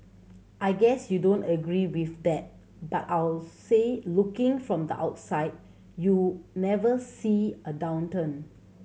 I guess you don't agree with that but I'll say looking from the outside you never see a downturn